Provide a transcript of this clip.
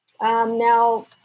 Now